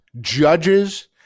judges